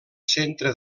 centre